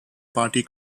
party